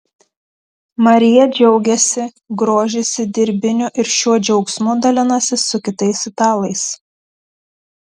marija džiaugiasi grožisi dirbiniu ir šiuo džiaugsmu dalinasi su kitais italais